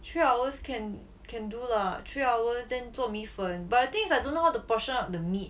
three hours can can do lah three hours then 做米粉 but thing is I don't know how the portion out the meat